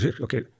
okay